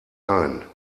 ein